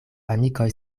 amikoj